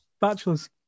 Bachelors